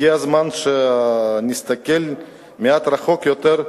הגיע הזמן שנסתכל מעט רחוק יותר,